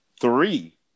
Three